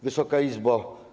Wysoka Izbo!